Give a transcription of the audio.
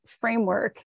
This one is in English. framework